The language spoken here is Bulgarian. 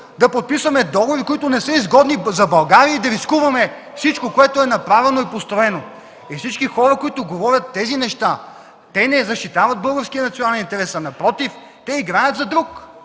да подписваме договори, които не са изгодни за България и да рискуваме всичко, което е направено и построено. И всички хора, които говорят тези неща, не защитават българския национален интерес, напротив –те играят за друг.